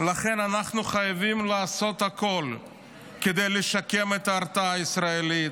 אנחנו חייבים לעשות הכול כדי לשקם את ההרתעה הישראלית,